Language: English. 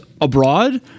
abroad